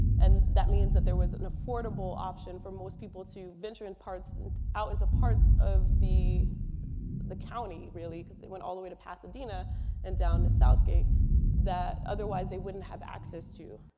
and that means that there was affordable option for most people to venture and and out into parts of the the county, really. because they went all the way to pasadena and down to south gate that otherwise they wouldn't have access to.